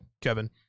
Kevin